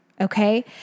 Okay